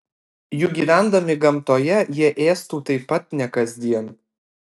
juk gyvendami gamtoje jie ėstų taip pat ne kasdien